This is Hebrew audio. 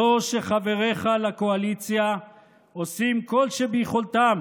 זו שחבריך לקואליציה עושים כל שביכולתם